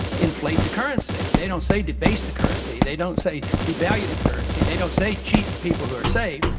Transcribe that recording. inflate the currency. they don't say debase the currency. they don't say devalue the currency. they don't say cheat the people who are safe.